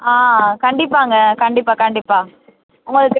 ஆ கண்டிப்பாகங்க கண்டிப்பாக கண்டிப்பாக உங்களுக்கு